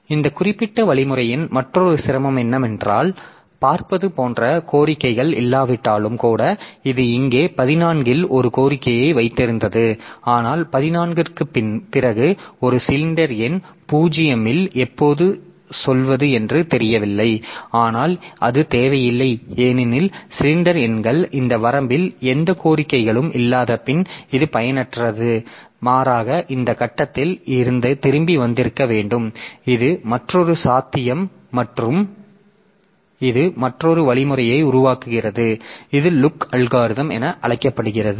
எனவே இந்த குறிப்பிட்ட வழிமுறையின் மற்றொரு சிரமம் என்னவென்றால் பார்ப்பது போன்ற கோரிக்கைகள் இல்லாவிட்டாலும் கூட இது இங்கே 14 இல் ஒரு கோரிக்கையை வைத்திருந்தது ஆனால் 14 க்குப் பிறகு ஒரு சிலிண்டர் எண் 0 இல் எப்போது சொல்வது என்று தெரியவில்லை ஆனால் அது தேவையில்லை ஏனெனில் சிலிண்டர் எண்கள் இந்த வரம்பில் எந்த கோரிக்கைகளும் இல்லாதபின் இது பயனற்றது மாறாக இந்த கட்டத்தில் இருந்து திரும்பி வந்திருக்க வேண்டும் இது மற்றொரு சாத்தியம் மற்றும் இது மற்றொரு வழிமுறையை உருவாக்குகிறது இது லுக் அல்காரிதம் என அழைக்கப்படுகிறது